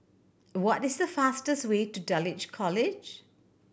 what is the fastest way to Dulwich College